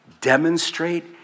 Demonstrate